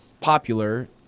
popular